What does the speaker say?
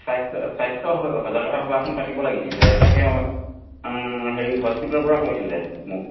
স্বাস্থ্য স্বাস্থ্য সজাগতা সভা এখন পাতিব লাগিছিলে তাকে হস্পিটেলৰ পৰা কৈছিলে মোক